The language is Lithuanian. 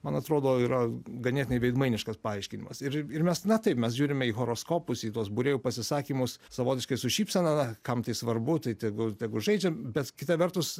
man atrodo yra ganėtinai veidmainiškas paaiškinimas ir ir mes na taip mes žiūrime į horoskopus į tuos būrėjų pasisakymus savotiškai su šypsena na kam tai svarbu tai tegul tegul žaidžia bet kita vertus